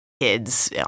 kids